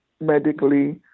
medically